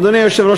אדוני היושב-ראש,